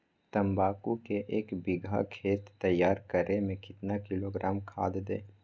तम्बाकू के एक बीघा खेत तैयार करें मे कितना किलोग्राम खाद दे?